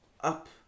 up